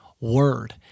word